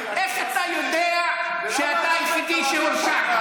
איך אתה יודע שאתה היחידי שהורשע?